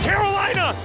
Carolina